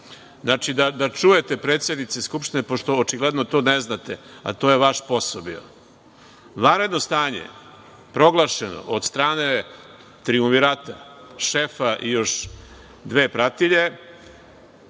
stanja. Da čujete, predsednice Skupštine, pošto očigledno to ne znate, a to je vaš posao bio, vanredno stanje je proglašeno od strane trijumvirata šefa i još dve pratilje